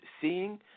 seeing